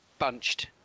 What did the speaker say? bunched